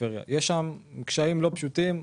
שם קשיים לא פשוטים,